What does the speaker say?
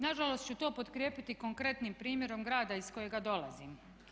Nažalost ću to potkrijepiti konkretnim primjerom grada iz kojega dolazim.